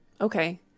okay